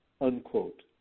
unquote